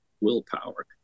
willpower